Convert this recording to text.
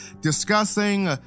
discussing